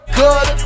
good